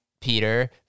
Peter